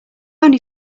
only